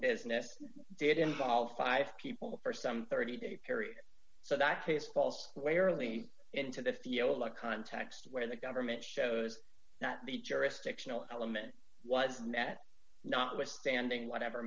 business did involve five people for some thirty day period so that case falls squarely into the field like context where the government shows not be jurisdictional element was met notwithstanding whatever